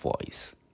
voice